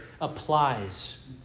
applies